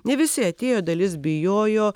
ne visi atėjo dalis bijojo